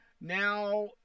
Now